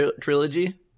Trilogy